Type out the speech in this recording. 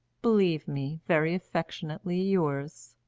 believe me, very affectionately yours,